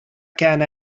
كان